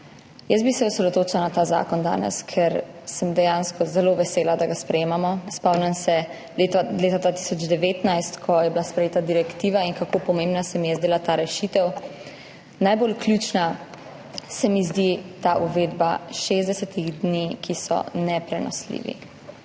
Jaz bi se osredotočila na ta današnji zakon, ker sem dejansko zelo vesela, da ga sprejemamo. Spomnim se leta 2019, ko je bila sprejeta direktiva in kako pomembna se mi je zdela ta rešitev. Najbolj ključna se mi zdi ta uvedba 60 dni, ki so neprenosljivi,